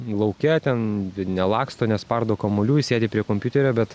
lauke ten nelaksto nespardo kamuolių sėdi prie kompiuterio bet